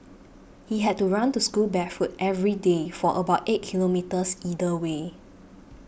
he had to run to school barefoot every day for about eight kilometres either way